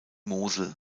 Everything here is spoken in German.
mosel